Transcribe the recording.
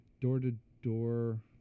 Door-to-door